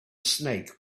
snake